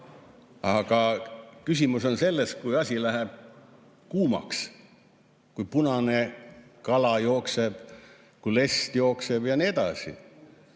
Aga küsimus on selles, kui asi läheb kuumaks. Kui punane kala jookseb, kui lest jookseb ja nii edasi,